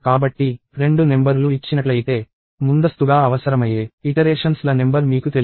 కాబట్టి రెండు నెంబర్ లు ఇచ్చినట్లయితే ముందస్తుగా అవసరమయ్యే ఇటరేషన్స్ ల నెంబర్ మీకు తెలియదు